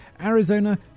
Arizona